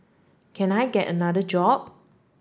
can I get another job